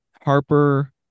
Harper